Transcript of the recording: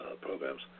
programs